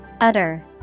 Utter